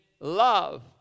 love